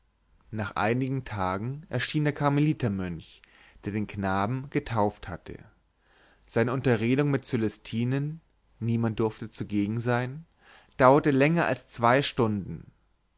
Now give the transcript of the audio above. nach einigen tagen erschien der karmelitermönch der den knaben getauft hatte seine unterredung mit cölestinen niemand durfte zugegen sein dauerte länger als zwei stunden